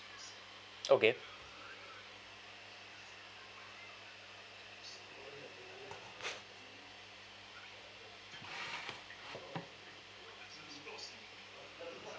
okay